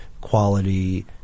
quality